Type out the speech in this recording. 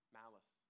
malice